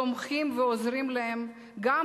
תומכים בהם ועוזרים להם, גם